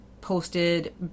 posted